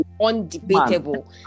undebatable